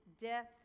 death